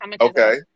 Okay